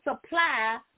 supply